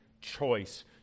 choice